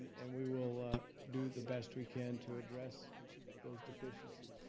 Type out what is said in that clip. and we will do the best we can to address those deficiencies.